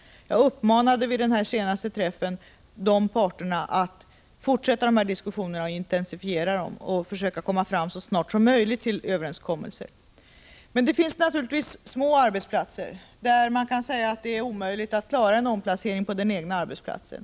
Vid den senaste överläggningen uppmanade jag parterna att intensifiera diskussionerna och försöka uppnå överenskommelser så snart som möjligt. Men det finns naturligtvis små företag som har svårt att klara en omplacering på den egna arbetsplatsen.